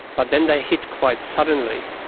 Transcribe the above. but then they hit quite suddenly.